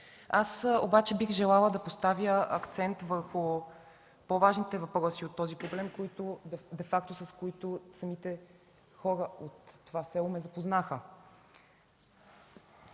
с тях. Бих желала да поставя акцент върху по-важните въпроси от този проблем, с които самите хора от селото ме запознаха.